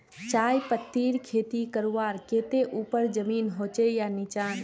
चाय पत्तीर खेती करवार केते ऊपर जमीन होचे या निचान?